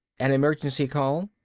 an emergency call.